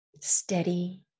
steady